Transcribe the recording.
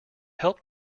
help